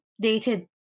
dated